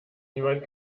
niemand